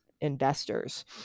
investors